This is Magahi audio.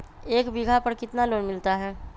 एक बीघा पर कितना लोन मिलता है?